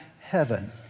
heaven